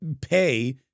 pay